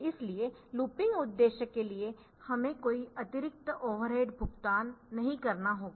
इसलिए लूपिंग उद्देश्य के लिए हमें कोई अतिरिक्त ओवरहेड भुगतान नहीं करना होगा